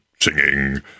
singing